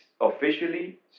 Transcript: officially